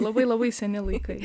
labai labai seni laikai